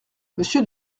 monsieur